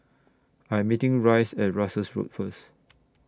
I Am meeting Rice At Russels Road First